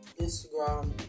Instagram